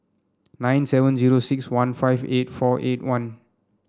nine seven zero six one five eight four eight one